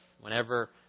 Whenever